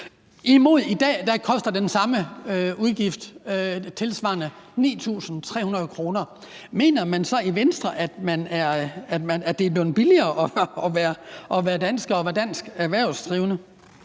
mens den samme udgift i dag er 9.300 kr. Mener man så i Venstre, at det er blevet billigere at være dansker og at være dansk